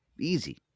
Easy